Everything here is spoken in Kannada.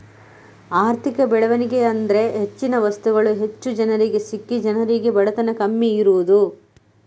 ಆರ್ಥಿಕ ಬೆಳವಣಿಗೆ ಅಂದ್ರೆ ಹೆಚ್ಚಿನ ವಸ್ತುಗಳು ಹೆಚ್ಚು ಜನರಿಗೆ ಸಿಕ್ಕಿ ಜನರಿಗೆ ಬಡತನ ಕಮ್ಮಿ ಇರುದು